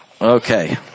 Okay